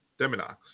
Deminox